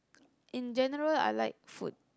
in general I like food